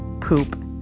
Poop